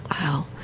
Wow